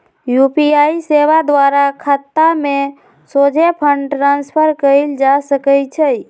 UPI सेवा द्वारा खतामें सोझे फंड ट्रांसफर कएल जा सकइ छै